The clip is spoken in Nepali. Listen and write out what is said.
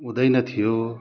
हुँदैन थियो